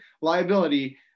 liability